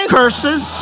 curses